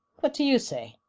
what do you say?